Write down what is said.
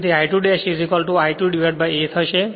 તેથી તે I2 a I2 ' થશે